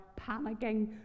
panicking